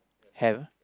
have